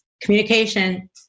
communication